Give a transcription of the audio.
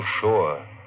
sure